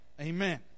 amen